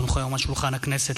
כי הונחו היום על שולחן הכנסת,